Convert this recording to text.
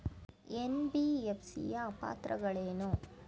NBFC ಯ ಪಾತ್ರಗಳೇನು?